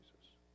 Jesus